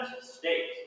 state